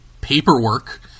paperwork